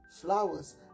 flowers